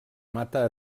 mata